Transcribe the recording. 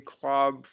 club